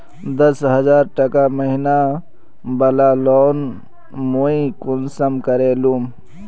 दस हजार टका महीना बला लोन मुई कुंसम करे लूम?